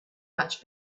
much